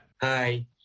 Hi